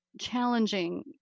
challenging